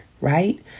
right